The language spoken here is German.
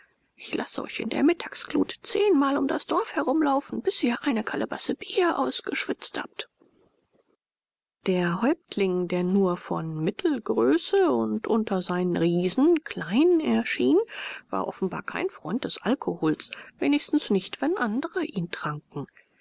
ich lasse euch in der mittagsglut zehnmal um das dorf herumlaufen bis ihr eine kalebasse bier ausgeschwitzt habt der häuptling der nur von mittelgröße und unter seinen riesen klein erschien war offenbar kein freund des alkohols wenigstens nicht wenn andre ihn tranken